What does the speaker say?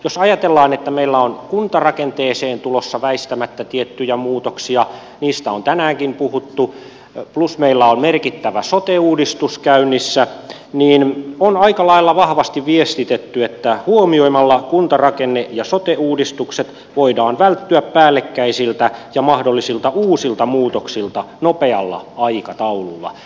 jos ajatellaan että meillä on kuntarakenteeseen tulossa väistämättä tiettyjä muutoksia niistä on tänäänkin puhuttu plus meillä on merkittävä sote uudistus käynnissä niin on aika lailla vahvasti viestitetty että huomioimalla kuntarakenne ja sote uudistukset voidaan välttyä päällekkäisiltä ja mahdollisilta uusilta muutoksilta nopealla aikataululla